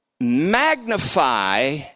magnify